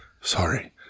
Sorry